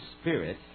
Spirit